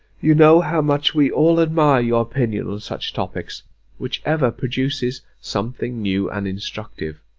you know how much we all admire your opinion on such topics which ever produces something new and instructive,